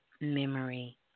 memory